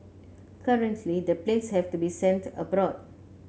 currently the planes have to be sent abroad